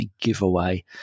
giveaway